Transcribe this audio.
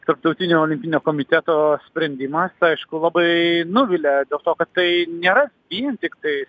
tarptautinio olimpinio komiteto sprendimas aišku labai nuvilia dėl to kad tai nėra vien tiktai